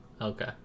Okay